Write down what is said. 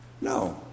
No